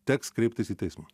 teks kreiptis į teismą